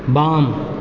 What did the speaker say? बाम